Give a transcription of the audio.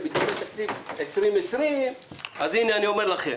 זה בתקציב 2020". הנה אני אומר לכם,